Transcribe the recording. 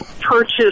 purchase